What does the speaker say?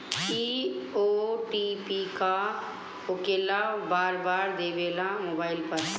इ ओ.टी.पी का होकेला बार बार देवेला मोबाइल पर?